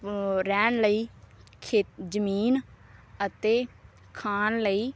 ਰਹਿਣ ਲਈ ਖੇ ਜ਼ਮੀਨ ਅਤੇ ਖਾਣ ਲਈ